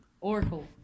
Oracle